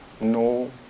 no